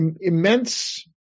immense